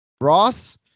Ross